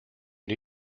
new